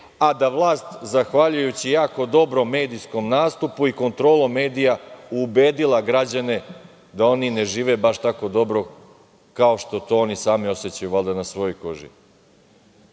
a da je vlast zahvaljujući jako dobrom medijskom nastupu i kontrolom medija ubedila građane da oni ne žive baš tako dobro kao što to oni sami osećaju valjda na svojoj koži. Onda